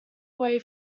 away